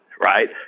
right